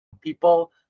people